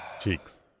Cheeks